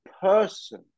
person